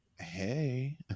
Hey